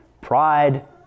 Pride